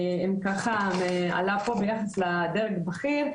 עלה פה ביחס לדרג בכיר,